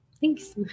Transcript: Thanks